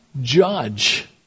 judge